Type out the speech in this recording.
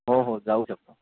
हो हो जाऊ शकतो